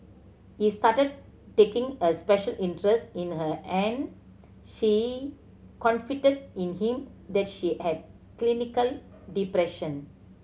he started taking a special interest in her and she confided in him that she had clinical depression